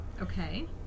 Okay